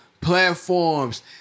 platforms